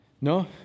No